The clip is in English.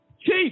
Chief